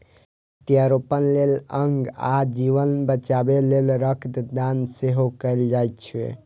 प्रत्यारोपण लेल अंग आ जीवन बचाबै लेल रक्त दान सेहो कैल जाइ छै